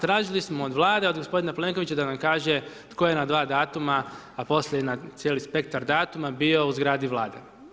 Tražili smo od Vlade, od gospodina Plenkovića da nam kaže tko je na dva datuma, a poslije i na cijeli spektar datuma, bio u zgradi Vlade.